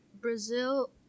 Brazil